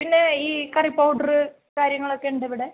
പിന്നെ ഈ കറി പൗഡറ് കാര്യങ്ങളൊക്കെ ഉണ്ട് ഇവിടെ